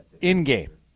in-game